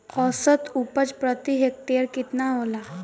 औसत उपज प्रति हेक्टेयर केतना होला?